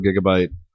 gigabyte